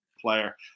player